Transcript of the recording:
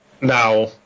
Now